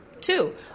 Two